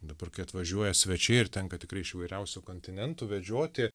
dabar kai atvažiuoja svečiai ir tenka tikrai iš įvairiausių kontinentų vedžioti